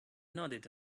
nodded